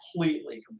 completely